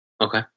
okay